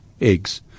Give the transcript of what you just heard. eggs